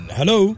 Hello